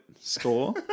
score